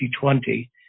2020